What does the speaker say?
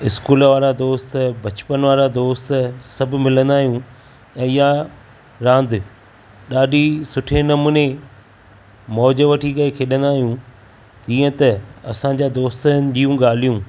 school वारा दोस्त ब॒चपनु वारा दोस्त सभु मिलंदा आहियूं ऐ इहा रांदि ॾाढी सुठे नमूने मौज वठी करे खेॾींदा आहियूं ईअं त असांजे दोस्तनि जूं ॻाल्हियूं